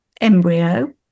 embryo